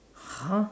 !huh!